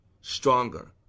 stronger